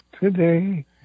today